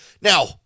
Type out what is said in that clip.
Now